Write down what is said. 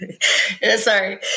Sorry